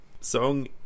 song